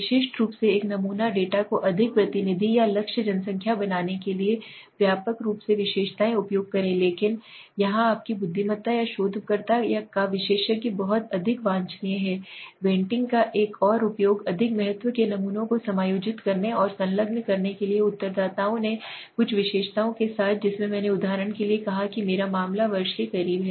विशिष्ट रूप से एक नमूना डेटा को अधिक प्रतिनिधि या लक्ष्य जनसंख्या बनाने के लिए व्यापक रूप से विशेषताएं उपयोग करें लेकिन यहां आपकी बुद्धिमत्ता या शोधकर्ता का विशेषज्ञ बहुत अधिक वांछनीय है वेटिंग का एक और उपयोग अधिक महत्व के नमूनों को समायोजित करने और संलग्न करने के लिए है उत्तरदाताओं ने कुछ विशेषताओं के साथ जिसमें मैंने उदाहरण के लिए कहा कि मेरा मामला वर्ष के करीब है